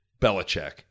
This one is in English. Belichick